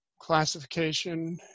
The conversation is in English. classification